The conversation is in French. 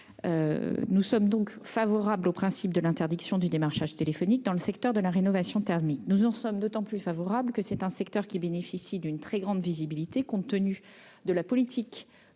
Nous sommes donc favorables au principe de l'interdiction du démarchage téléphonique dans le secteur de la rénovation thermique, d'autant que celui-ci bénéficie d'une très grande visibilité, compte tenu de la politique